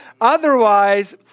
Otherwise